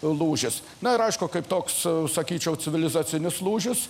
lūžis na ir aišku kad toks sakyčiau civilizacinis lūžis